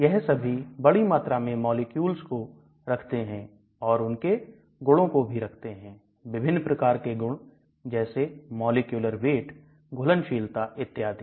यह सभी बड़ी मात्रा में मॉलिक्यूल को रखते हैं और उनके गुणों को भी रखते हैं विभिन्न प्रकार के गुण जैसे मॉलिक्यूलर वेट घुलनशीलता इत्यादि